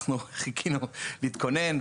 אנחנו חיכינו להתכונן,